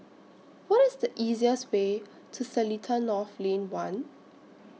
What IS The easiest Way to Seletar North Lane one